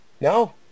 no